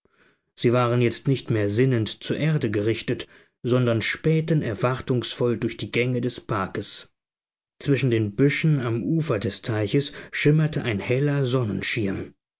sie waren jetzt nicht mehr sinnend zur erde gerichtet sondern spähten erwartungsvoll durch die gänge des parkes zwischen den büschen am ufer des teiches schimmerte ein heller sonnenschirm